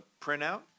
printout